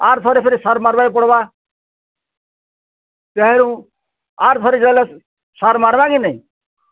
ଆର୍ ଥରେ ଫେରେ ସାର୍ ମାର୍ବା ତେହେରୁଁ ଆର୍ ଥରେ ସାର୍ ମାର୍ବା କି ନେଇଁ